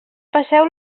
passeu